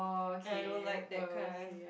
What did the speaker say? and I don't like that kind